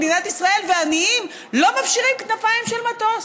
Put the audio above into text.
במדינת ישראל לא מפשירים כנפיים של מטוס,